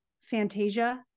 Fantasia